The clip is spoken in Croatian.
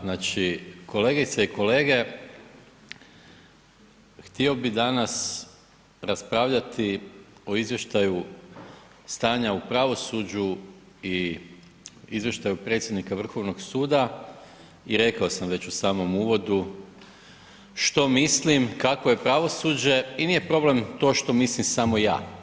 Znači, kolegice i kolege, htio bi danas raspravljati o izvještaju stanja u pravosuđu i izvještaju predsjednika Vrhovnog suda i rekao sam već u samom uvodu što mislim kakvo je pravosuđe i nije problem to što mislim samo ja.